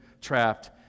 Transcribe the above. trapped